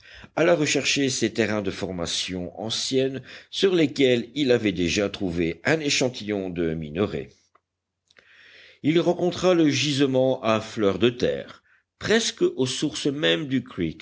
d'harbert alla rechercher ces terrains de formation ancienne sur lesquels il avait déjà trouvé un échantillon de minerai il rencontra le gisement à fleur de terre presque aux sources même du